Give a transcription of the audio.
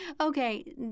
Okay